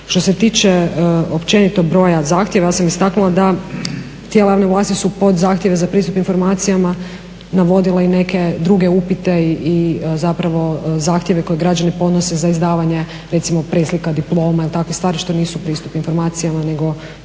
Što se tiče općenito broja zahtjeva ja sam istaknula da tijela javne vlasti su pod zahtjeve za pristup informacijama navodila i neke druge upite i zapravo zahtjeve koje građani podnose za izdavanje recimo preslika diploma ili takvih stvari što nisu pristup informacijama jer